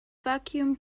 vacuum